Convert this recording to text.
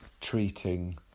treating